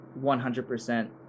100%